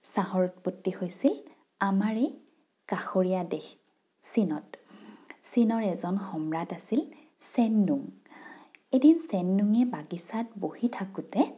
চাহৰ উৎপত্তি হৈছিল আমাৰে কাষৰীয়া দেশ চীনত চীনৰ এজন সম্ৰাট আছিল চেননুং এদিন চেননুঙে বাগিচাত বহি থাকোঁতে